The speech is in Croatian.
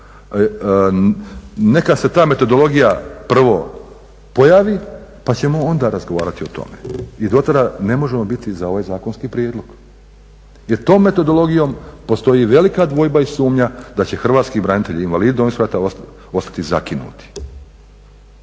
neka se ta metodologija prvo pojavi pa ćemo onda razgovarati o tome i do tada ne možemo biti za ovaj zakonski prijedlog. Jer tom metodologijom postoji velika dvojba i sumnja da će hrvatski branitelji, invalidi Domovinskog rata ostati zakinuti.